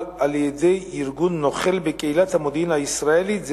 על-ידי ארגון נוכל בקהילת המודיעין הישראלית,